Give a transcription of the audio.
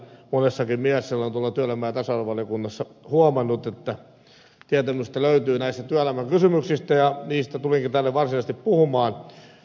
sen olen tuolla työelämä ja tasa arvovaliokunnassa huomannut että tietämystä löytyy näissä työelämän kysymyksissä ja niistä tulinkin tänne varsinaisesti puhumaan